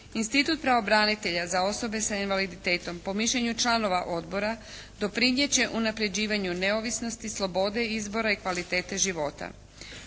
Institut pravobranitelja za osobe sa invaliditetom po mišljenju članova Odbora doprinijeti će unapređivanju neovisnosti, slobode izbora i kvalitete života.